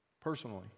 personally